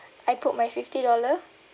I put my fifty dollar